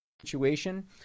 situation